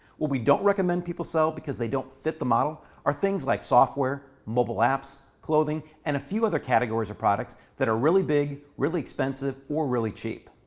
what we don't recommend people sell because they don't fit the model are things like software, mobile apps, clothing, and a few other categories or products that are really big, really expensive, or really cheap.